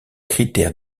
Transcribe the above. critères